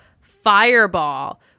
fireball